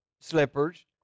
slippers